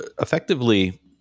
effectively